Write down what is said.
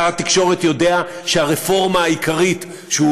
שר התקשורת יודע שאת הרפורמה העיקרית שהוא